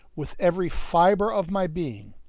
with every fibre of my being!